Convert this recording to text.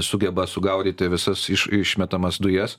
sugeba sugaudyti visas iš išmetamas dujas